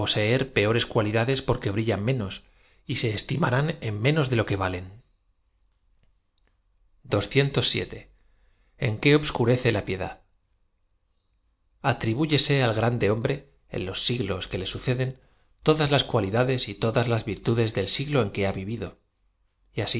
poseer peores cualidades porque brillan menos y se estimarán en menos de lo quo valen qué obscurece la piedad átribúyese a l grande hombre en los siglos que le suceden todas las cualidades y todas lae virtudes del siglo en que ha vivid o y asi